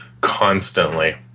constantly